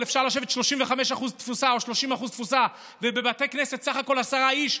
אפשר לשבת 35% תפוסה או 30% תפוסה ובבתי כנסת בסך הכול עשרה איש,